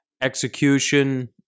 Execution